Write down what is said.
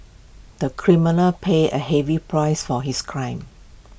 the criminal paid A heavy price for his crime